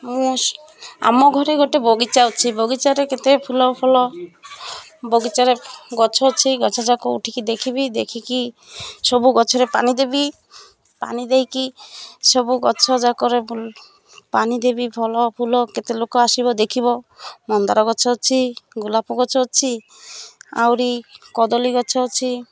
ମୁଁ ଆମ ଘରେ ଗୋଟେ ବଗିଚା ଅଛି ବଗିଚାରେ କେତେ ଫୁଲ ଫଲ ବଗିଚାରେ ଗଛ ଅଛି ଗଛଯାକ ଉଠିକି ଦେଖିବି ଦେଖିକି ସବୁ ଗଛରେ ପାଣିି ଦେବି ପାଣି ଦେଇକି ସବୁ ଗଛଯାକରେ ପାଣିି ଦେବି ଭଲ ଫୁଲ କେତେ ଲୋକ ଆସିବେ ଦେଖିବେ ମନ୍ଦାର ଗଛ ଅଛି ଗୋଲାପ ଗଛ ଅଛି ଆହୁରି କଦଳୀ ଗଛ ଅଛି